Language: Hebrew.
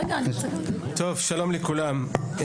שלום לכולם,